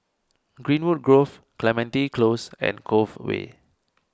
Greenwood Grove Clementi Close and Cove Way